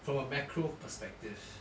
from a macro perspective